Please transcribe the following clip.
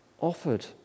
offered